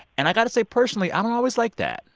and i've got to say, personally, i don't always like that.